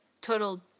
Total